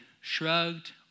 shrugged